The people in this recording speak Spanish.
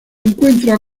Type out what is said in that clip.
encuentra